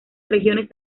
regiones